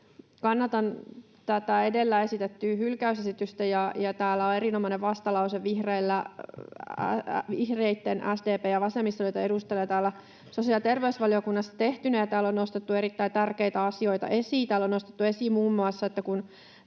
Kannatan tätä edellä esitettyä hylkäysesitystä. Täällä on erinomainen vastalause vihreitten, SDP:n ja vasemmistoliiton edustajilla sosiaali- ja terveysvaliokunnassa tehtynä. Täällä on nostettu erittäin tärkeitä asioita esiin. Täällä on nostettu esiin muun muassa se, että kun